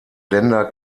länder